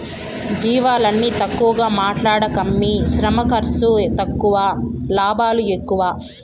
జీవాలని తక్కువగా మాట్లాడకమ్మీ శ్రమ ఖర్సు తక్కువ లాభాలు ఎక్కువ